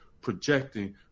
projecting